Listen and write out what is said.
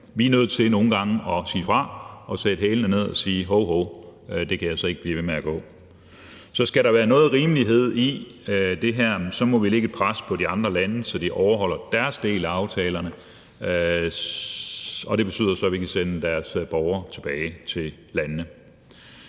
Vi er nødt til nogle gange at sige fra og sætte hælene i og sige: Hov, hov, det kan altså ikke blive ved med at gå. Så skal der være noget rimelighed i det her, må vi lægge et pres på de andre lande, så de overholder deres del af aftalerne, og det betyder så, at vi kan sende deres borgere tilbage til landene.